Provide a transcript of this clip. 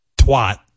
twat